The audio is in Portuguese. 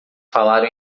falaram